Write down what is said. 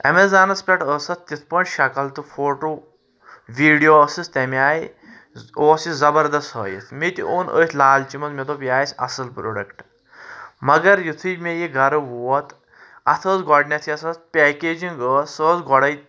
ایٚمیزانَس پٮ۪ٹھ ٲس اَتھ تِتھ پٲٹھۍ شکل تہٕ فوٹوٗ ویٖڈیو اوسُس تَمہِ آیہِ اوس یہِ زبردَست ہٲیِتھ مےٚ تہِ اوٚن أتھۍ لالچہِ منٛز مےٚ دوٚپ یہِ آسہِ اصٕل پرٛوڈَکٹہٕ مگر یُتھُے مےٚ یہِ گھرٕ ووت اَتھ ٲس گۄڈٕنیٚتھ یَتھ اَتھ پیکیجِنٛگ ٲس سۄ ٲس گۄڈَے